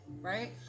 right